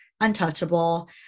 untouchable